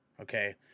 Okay